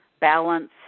balance